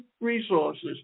resources